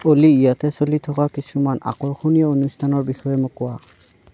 অ'লি ইয়াতে চলি থকা কিছুমান আকৰ্ষণীয় অনুষ্ঠানৰ বিষয়ে মোক কোৱা